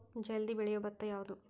ಜಲ್ದಿ ಬೆಳಿಯೊ ಭತ್ತ ಯಾವುದ್ರೇ?